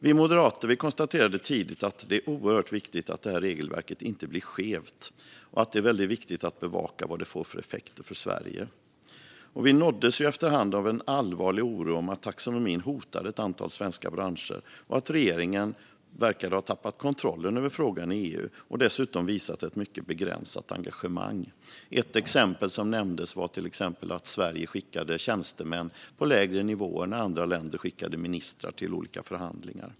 Vi moderater konstaterade tidigt att det är oerhört viktigt att regelverket inte blir skevt, och att det är viktigt att bevaka vad det får för effekter för Sverige. Vi nåddes efter hand av allvarlig oro för att taxonomin hotade ett antal svenska branscher och att regeringen tappat kontrollen över frågan i EU och dessutom visat ett mycket begränsat engagemang. Ett exempel som nämndes var att Sverige skickade tjänstemän på lägre nivåer när andra länder skickade ministrar till olika förhandlingar.